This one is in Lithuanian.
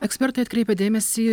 ekspertai atkreipia dėmesį